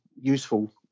useful